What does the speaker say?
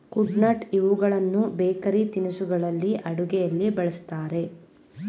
ಕುಡ್ಪನಟ್ ಇವುಗಳನ್ನು ಬೇಕರಿ ತಿನಿಸುಗಳಲ್ಲಿ, ಅಡುಗೆಯಲ್ಲಿ ಬಳ್ಸತ್ತರೆ